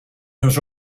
has